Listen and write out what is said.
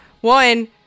One